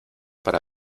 para